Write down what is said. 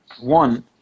One